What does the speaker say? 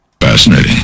Fascinating